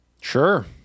Sure